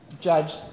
judge